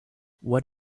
what